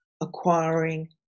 acquiring